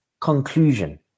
conclusion